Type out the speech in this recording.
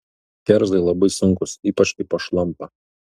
kerzai labai sunkūs ypač kai pašlampa